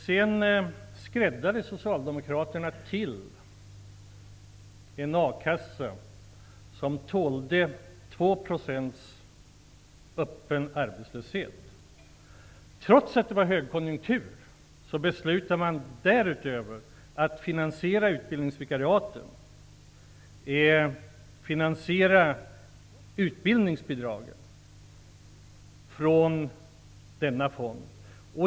Sedan skräddade Socialdemokraterna till en akassa som tålde 2 % öppen arbetslöshet. Trots att det var högkonjunktur beslutade man därutöver att finansiera utbildningsvikariaten och utbildningsbidragen från denna fond.